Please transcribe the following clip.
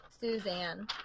Suzanne